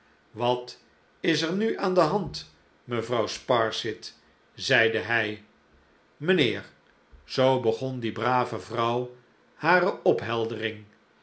wat is er nu aan de hand mevrouw sparsit zeide hij mijnheer zoo begon die brave vrouw hare opheldering